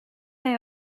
they